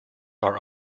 are